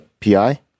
PI